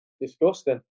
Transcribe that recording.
Disgusting